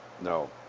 No